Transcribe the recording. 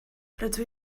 rydw